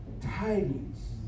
tidings